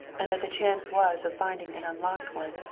and that the chance was of finding an unlocked one.